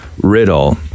riddle